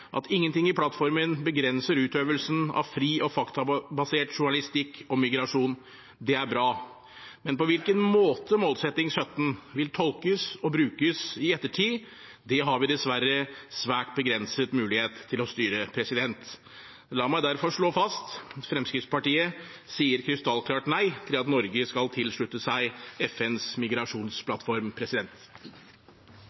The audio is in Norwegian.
at ingenting i plattformen begrenser utøvelsen av fri og faktabasert journalistikk om migrasjon. Det er bra. Men på hvilken måte målsetting nummer 17 vil tolkes og brukes i ettertid, har vi dessverre svært begrenset mulighet til å styre. La meg derfor slå fast at Fremskrittspartiet sier et krystallklart nei til at Norge skal tilslutte seg FNs